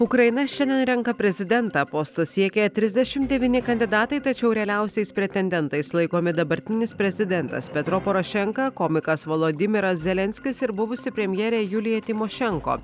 ukraina šiandien renka prezidentą posto siekia trisdešimt devyni kandidatai tačiau realiausiais pretendentais laikomi dabartinis prezidentas petro porošenka komikas volodymyras zelenskis ir buvusi premjerė julija tymošenko